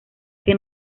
que